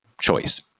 choice